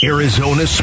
Arizona